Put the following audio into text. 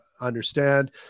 understand